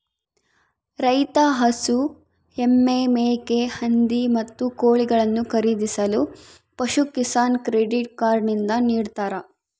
ರೈತ ಹಸು, ಎಮ್ಮೆ, ಮೇಕೆ, ಹಂದಿ, ಮತ್ತು ಕೋಳಿಗಳನ್ನು ಖರೀದಿಸಲು ಪಶುಕಿಸಾನ್ ಕ್ರೆಡಿಟ್ ಕಾರ್ಡ್ ನಿಂದ ನಿಡ್ತಾರ